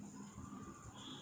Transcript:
you got fan or not